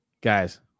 Guys